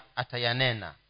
atayanena